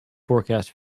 forecast